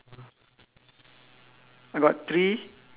don't have any any ball not ball you know is the